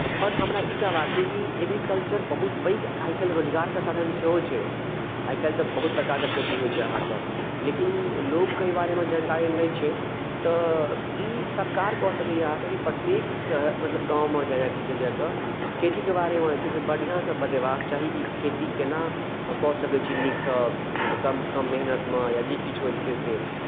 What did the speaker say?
आओर हमरा ई कहबाक यए कि एग्रीकल्चर बहुत पैघ आइ काल्हि एकटा रोजगारके साधन सेहो छै आइ काल्हि तऽ बहुत प्रकारके खेती होइत छै अहाँके लेकिन लोककेँ एहि बारेमे जानकारी नहि छै तऽ ई सरकार कऽ सकैए अहाँकेँ कि प्रत्येक मतलब गाममे जा जा कऽ खेतीके बारेमे जे छै से बढ़िआँसँ बतेबाक चाही कि खेती केना कऽ सकैत छी नीकसँ कमसँ कम मेहनतिमे या जे किछु होइत छै से